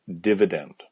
dividend